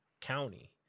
county